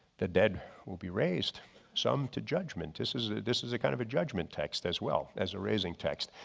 the dead will be raised some to judgment. this is ah this is a kind of a judgment text as well, as a raising text.